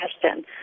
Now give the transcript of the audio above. question